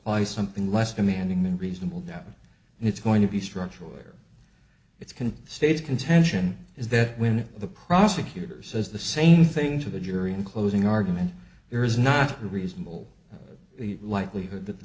apply something less demanding than reasonable doubt and it's going to be structural where it's can states contention is that when the prosecutor says the same thing to the jury in closing argument there is not a reasonable likelihood that the